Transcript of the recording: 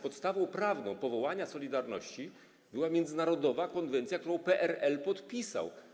Podstawą prawną powołania „Solidarności” była międzynarodowa konwencja, którą PRL podpisała.